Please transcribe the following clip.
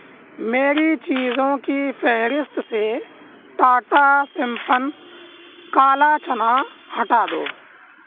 میری چیزوں کی فہرست سے ٹاٹا سمپن کالا چنا ہٹا دو